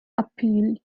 appeal